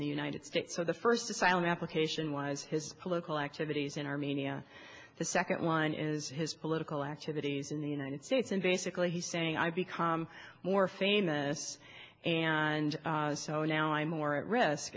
the united states so the first asylum application was his political activities in armenia the second one is his political activities in the united states and basically he's saying i've become more famous and now i'm more at risk